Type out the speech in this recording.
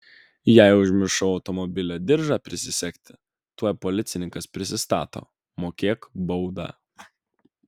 jei užmiršau automobilio diržą prisisegti tuoj policininkas prisistato mokėk baudą